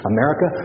America